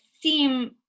seem